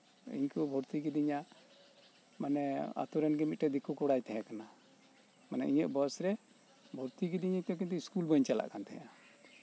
ᱤᱧ ᱠᱚ ᱵᱷᱩᱨᱛᱤ ᱠᱤᱫᱤᱧᱟ ᱢᱟᱱᱮ ᱟᱛᱳ ᱨᱮᱱ ᱢᱤᱫᱴᱮᱡ ᱫᱤᱠᱩ ᱠᱚᱲᱟᱭ ᱛᱟᱦᱮᱸᱠᱟᱱᱟ ᱢᱟᱱᱮ ᱤᱧᱟᱹᱜ ᱵᱚᱭᱮᱥ ᱨᱮ ᱵᱷᱩᱨᱛᱤ ᱠᱤᱫᱤᱧᱟᱠᱚ ᱠᱤᱱᱛᱩ ᱥᱠᱩᱞ ᱵᱟᱹᱧ ᱪᱟᱞᱟᱜ ᱠᱟᱱ ᱛᱟᱦᱮᱸᱜᱼᱟ